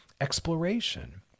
exploration